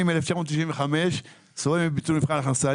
אני מ-1995 סובל מביטול מבחני הכנסה.